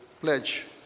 pledge